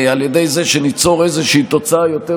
על ידי זה שניצור איזושהי תוצאה יותר מאוזנת,